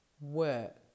work